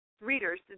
readers